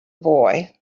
boy